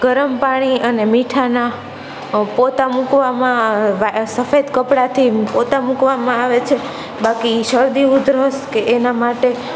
ગરમ પાણી અને મીઠાના પોતા મુકવામાં સફેદ કપડાથી પોતા મુકવામાં આવે છે બાકી શરદી ઉધરસ કે એના માટે